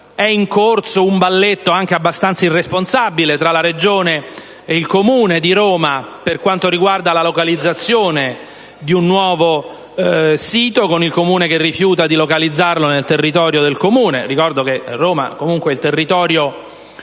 è in corso un balletto, anche abbastanza irresponsabile, tra la Regione e il Comune di Roma, per quanto riguarda la localizzazione di un nuovo sito: il Comune rifiuta di localizzarlo nel proprio territorio (ricordo che Roma è il più